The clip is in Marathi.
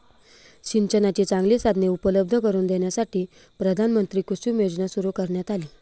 सिंचनाची चांगली साधने उपलब्ध करून देण्यासाठी प्रधानमंत्री कुसुम योजना सुरू करण्यात आली